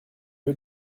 eux